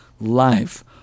life